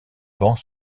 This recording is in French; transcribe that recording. vent